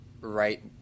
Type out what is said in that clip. right